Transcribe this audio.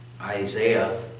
Isaiah